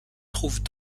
trouvent